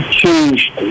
changed